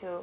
to